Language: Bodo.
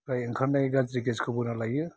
फ्राय ओंखारनाय गाज्रि गेसखौ बोना लायो